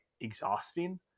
exhausting